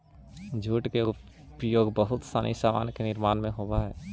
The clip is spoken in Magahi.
जूट के उपयोग बहुत सनी सामान के निर्माण में होवऽ हई